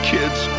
Kids